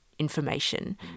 information